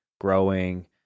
growing